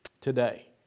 today